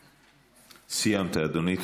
סיימת, אדוני.